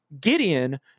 Gideon